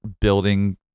building